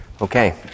Okay